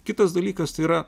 kitas dalykas tai yra